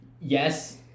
Yes